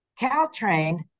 Caltrain